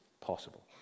possible